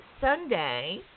Sunday